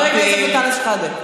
חבר הכנסת אנטאנס שחאדה.